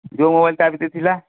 ଯେଉଁ ମୋବାଇଲ୍ ତା' ଭିତରେ ଥିଲା